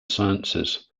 sciences